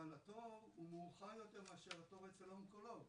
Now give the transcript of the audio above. אבל התור הוא מאוחר יותר מאשר התור אצל האונקולוג,